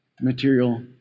material